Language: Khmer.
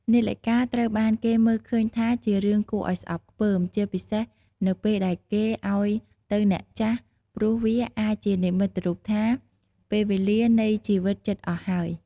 នាឡិកាត្រូវបានគេមើលឃើញថាជារឿងគួរឲ្យស្អប់ខ្ពើម ជាពិសេសនៅពេលដែលគេឲ្យទៅអ្នកចាស់ ព្រោះវាអាចជានិមិត្តរូបថា ពេលវេលានៃជីវិតជិតអស់ហើយ។